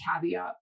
caveat